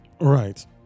Right